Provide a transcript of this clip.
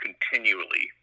continually